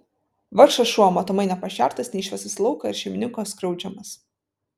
vargšas šuo matomai nepašertas neišvestas į lauką ir šeimininko skriaudžiamas